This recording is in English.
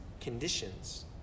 conditions